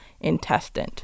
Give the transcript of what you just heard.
intestine